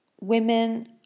women